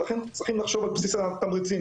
ולכן צריך לחשוב על בסיס התמריצים.